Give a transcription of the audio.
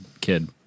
kid